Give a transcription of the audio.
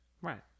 right